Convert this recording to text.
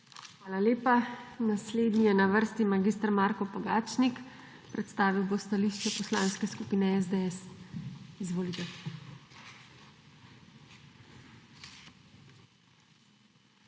Hvala lepa. Naslednja je na vrsti gospa Maša Kociper, predstavila bo stališče Poslanske skupine SAB. Izvolite.